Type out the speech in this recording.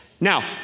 Now